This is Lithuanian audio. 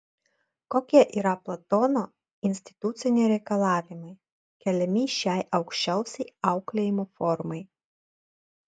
kokie yra platono instituciniai reikalavimai keliami šiai aukščiausiai auklėjimo formai